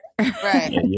right